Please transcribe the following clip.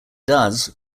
does